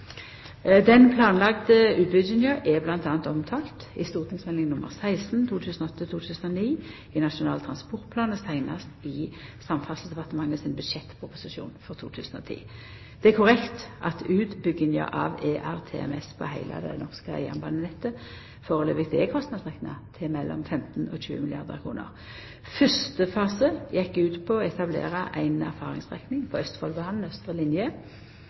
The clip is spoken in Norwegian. Den planlagde utbygginga er bl.a. omtalt i St.meld. nr. 16 for 2008–2009, Nasjonal transportplan, og seinast i Samferdselsdepartementet sin budsjettproposisjon for 2010. Det er korrekt at utbygginga av ERTMS på heile det norske jernbanenettet førebels er kostnadsrekna til 15–20 milliardar kr. Fyrste fase gjekk ut på å etablera ei erfaringsstrekning på Østfoldbana, austre linje,